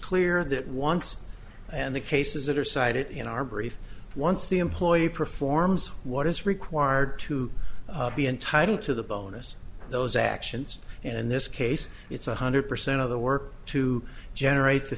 clear that once and the cases that are cited in our brief once the employee performs what is required to be entitled to the bonus those actions in this case it's one hundred percent of the work to generate t